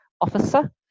officer